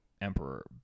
emperor